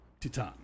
Titan